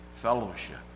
fellowship